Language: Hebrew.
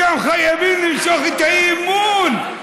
אתם חייבים למשוך את האי-אמון.